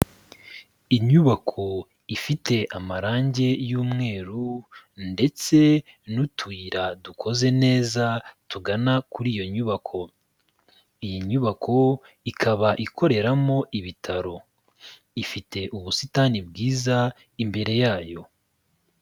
Inyubako ifite amarangi y'umweru ndetse n'utuyira dukoze neza tugana kuri iyo nyubako, iyi nyubako ikaba ikoreramo ibitaro, ifite ubusitani bwiza imbere yayo.